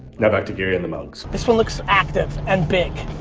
now back to gary and the mugs. this one looks active and big.